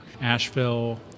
Asheville